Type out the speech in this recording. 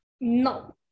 No